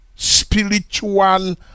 spiritual